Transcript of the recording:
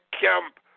camp